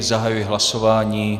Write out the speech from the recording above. Zahajuji hlasování.